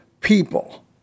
people